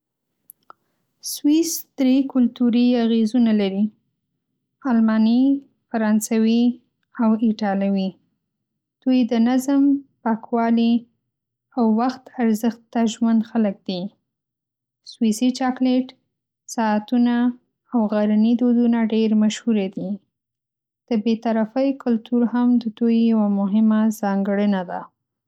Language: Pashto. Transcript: سویس درې کلتوري اغېزونه لري: الماني، فرانسوي او ایټالوي. دوی د نظم، پاکوالي، او وخت ارزښت ته ژمن خلک دي. سویسي چاکلیټ، ساعتونه، او غرني دودونه ډېر مشهوره دي. د بې‌طرفۍ کلتور هم د دوی یوه مهمه ځانګړنه ده.